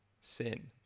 sin